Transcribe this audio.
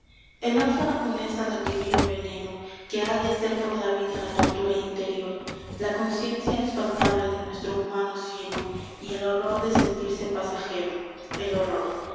el ánfora funesta del divino veneno que ha de hacer por la vida la tortura interior la conciencia espantable de nuestro humano cieno y el horror de sentirse pasajero el horror